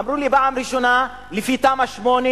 אמרו לי, פעם ראשונה, לפי תמ"א 8,